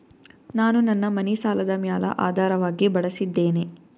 ನಾನು ನನ್ನ ಮನಿ ಸಾಲದ ಮ್ಯಾಲ ಆಧಾರವಾಗಿ ಬಳಸಿದ್ದೇನೆ